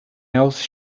else